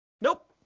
Nope